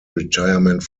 retirement